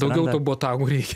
daugiau to botago reikia